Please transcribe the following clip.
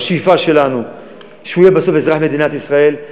השאיפה שלנו שהוא יהיה בסוף אזרח מדינת ישראל,